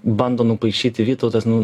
bando nupaišyti vytautas nu